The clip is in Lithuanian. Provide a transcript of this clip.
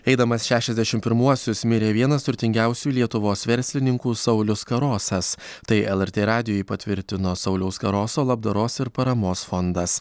eidamas šešiasdešim pirmuosius mirė vienas turtingiausių lietuvos verslininkų saulius karosas tai lrt radijui patvirtino sauliaus karoso labdaros ir paramos fondas